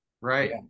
right